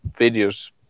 videos